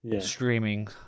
streaming